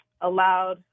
allowed